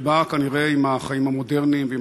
שבאה כנראה עם החיים המודרניים ועם